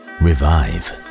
revive